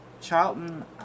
Charlton